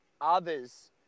others